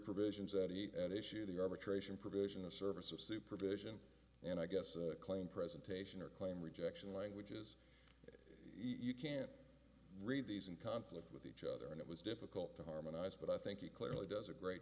provisions that he ate at issue the arbitration provision of service of supervision and i guess claim presentation or claim rejection languages you can't read these and conflict with each other and it was difficult to harmonize but i think he clearly does a great